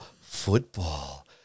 football